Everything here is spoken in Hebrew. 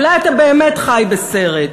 אולי אתה באמת חי בסרט.